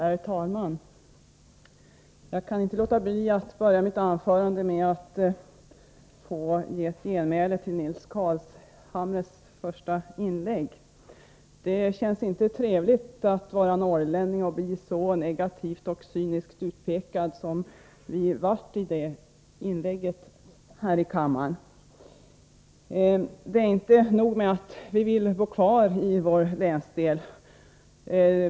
Herr talman! Jag kan inte låta bli att börja med att ge ett genmäle till Nils Carlshamres första inlägg. Det känns inte trevligt att vara norrlänning och bli så negativt och cyniskt utpekad som man blev i Nils Carlshamres inlägg här i kammaren. Det är inte nog med att vi vill bo kvar i vår länsdel.